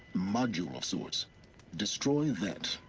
module of sorts destroy that.